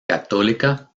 católica